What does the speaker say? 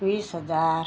वीस हजार